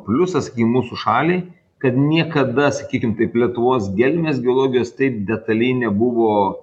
pliusas kai mūsų šaliai kad niekada sakykim taip lietuvos gelmės geologijos taip detaliai nebuvo